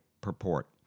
purport